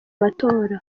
matora